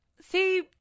See